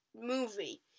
movie